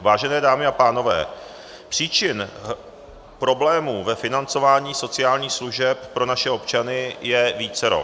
Vážené dámy a pánové, příčin problémů ve financování sociálních služeb pro naše občany je vícero.